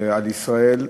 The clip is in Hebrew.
על ישראל,